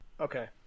Okay